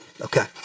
Okay